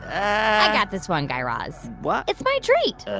i got this one, guy raz. it's my treat.